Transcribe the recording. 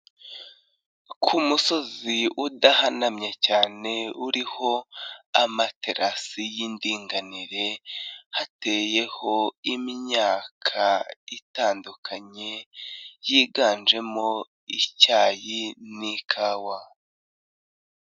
Ku umusozi udahanamye cyane uriho amaterasi y'indinganire, hateyeho imyaka itandukanye yiganjemo icyayi n'ikawa.